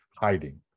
hiding